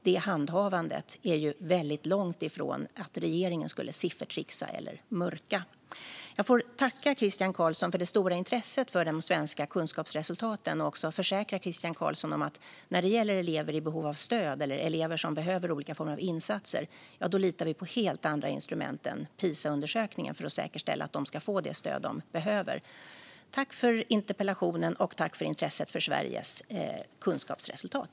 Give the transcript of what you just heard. Det handhavandet är väldigt långt från att regeringen skulle siffertrixa eller mörka. Jag får tacka Christian Carlsson för det stora intresset för de svenska kunskapsresultaten. Jag vill också försäkra Christian Carlsson att när det gäller elever i behov av stöd eller elever som behöver olika insatser litar vi på helt andra instrument än Pisaundersökningen för att säkerställa att de ska få det stöd de behöver. Tack för interpellationen, och tack för intresset för Sveriges kunskapsresultat!